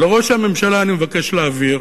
לראש הממשלה אני מבקש להעביר